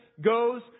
goes